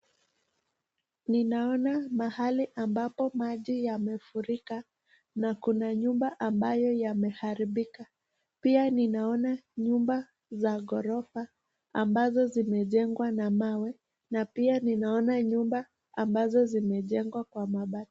Ninaona mahali ambapo maji yamefurika, na kuna nyumba ambayo yameharibika pia ninaona nyumba za gorofa ambazo zimejengwa na mawe, na pia ninaona nyumba ambazo zimejengwa na mabati.